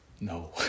no